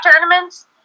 tournaments